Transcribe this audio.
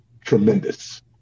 tremendous